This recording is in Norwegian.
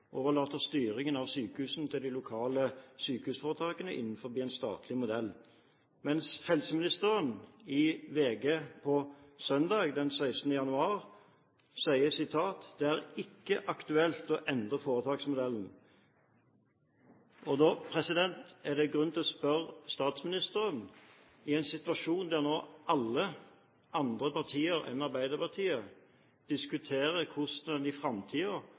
styringen av sykehusene til de lokale sykehusforetakene innenfor en statlig modell. Mens helseministeren i VG på søndag den 16. januar sier: «Det er ikke aktuelt å endre foretaksmodellen.» Da er det grunn til å spørre statsministeren – i en situasjon der alle andre partier enn Arbeiderpartiet diskuterer hvordan man i